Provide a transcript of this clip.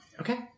Okay